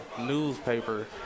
newspaper